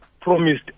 promised